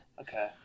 Okay